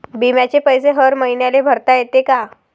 बिम्याचे पैसे हर मईन्याले भरता येते का?